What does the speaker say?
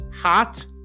hot